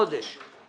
בסדר גמור.